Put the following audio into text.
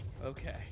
Okay